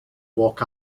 walk